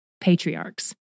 patriarchs